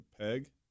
peg